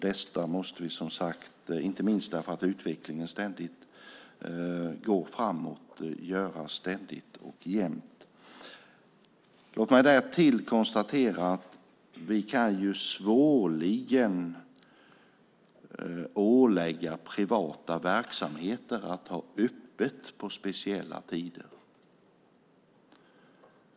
Detta måste vi som sagt göra ständigt och jämt, inte minst därför att utvecklingen ständigt går framåt. Låt mig därtill konstatera att vi svårligen kan ålägga privata verksamheter att ha öppet på speciella tider.